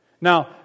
Now